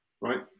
right